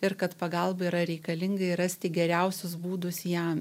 ir kad pagalba yra reikalinga ir rasti geriausius būdus jam